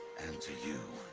and to you.